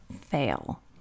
fail